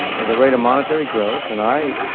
the rate of monetary growth. and i,